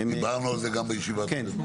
ולא מדובר במערכות זולות,